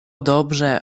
dobrze